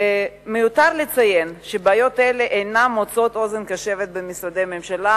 מיותר לציין שבעיות אלה אינן מוצאות אוזן קשבת במשרדי הממשלה,